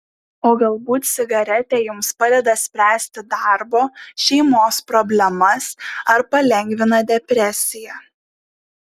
o galbūt cigaretė jums padeda spręsti darbo šeimos problemas ar palengvina depresiją